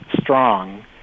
strong